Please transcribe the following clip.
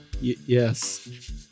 Yes